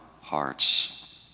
hearts